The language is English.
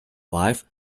wife